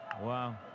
Wow